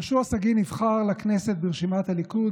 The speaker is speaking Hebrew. יהושע שגיא נבחר לכנסת ברשימת הליכוד,